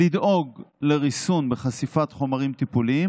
לדאוג לריסון בחשיפת חומרים טיפוליים